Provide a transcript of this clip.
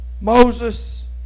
Moses